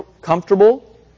comfortable